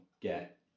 get